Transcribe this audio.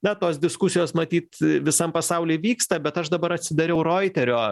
na tos diskusijos matyt visam pasauly vyksta bet aš dabar atsidariau roiterio